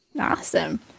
Awesome